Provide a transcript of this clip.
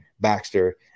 Baxter